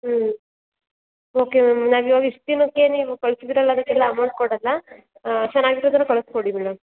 ಹ್ಞೂ okay ma'am ನಾವು ಇವಾಗ ಇಷ್ಟು ದಿನಕ್ಕೆ ನೀವು ಕಳಿಸಿದ್ರಲ್ಲಾ ಅದ್ಕೆಲ್ಲ ಅಮೌಂಟ್ ಕೊಡೋಲ್ಲ ಚೆನ್ನಾಗಿರೋದನ್ನ ಕಳಿಸ್ಕೊಡಿ ಮೇಡಮ್